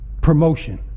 promotion